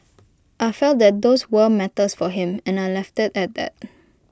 I felt that those were matters for him and I left IT at that